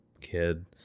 kid